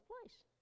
place